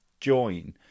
join